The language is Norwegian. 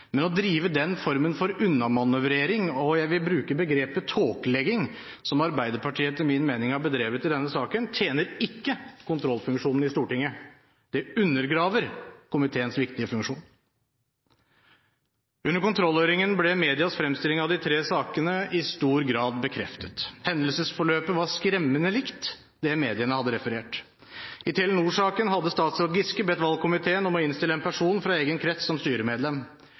Men å drive den formen for unnamanøvrering – og jeg vil bruke begrepet «tåkelegging» – som Arbeiderpartiet etter min mening har bedrevet i denne saken, tjener ikke kontrollfunksjonen i Stortinget. Det undergraver komiteens viktige funksjon. Under kontrollhøringen ble medias fremstilling av de tre sakene i stor grad bekreftet. Hendelsesforløpet var skremmende likt det mediene hadde referert. I Telenor-saken hadde statsråd Giske bedt valgkomiteen om å innstille en person fra egen krets som styremedlem.